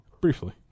briefly